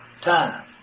time